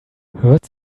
hört